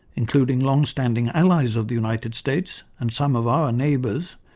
including long-standing allies of the united states and some of our neighbours,